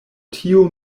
tio